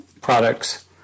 products